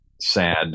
sad